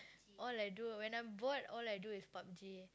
all I do when I'm bored all I do is Pub-G